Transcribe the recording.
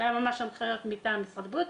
אלה היו ממש הנחיות מטעם משרד הבריאות.